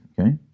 okay